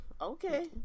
okay